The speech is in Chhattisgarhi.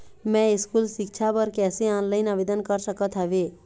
मैं स्कूल सिक्छा बर कैसे ऑनलाइन आवेदन कर सकत हावे?